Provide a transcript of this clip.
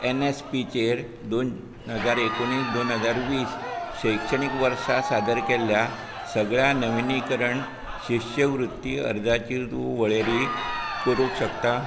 एनएसपीचेर दोन हजार एकुणीस दोन हजार वीस शिक्षणीक वर्सा सादर केल्ल्या सगळ्या नविनिकरण शिश्यवृत्ती अर्जाचेर तूं वळेरी करूंक शकता